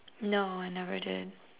no I never did